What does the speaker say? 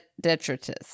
Detritus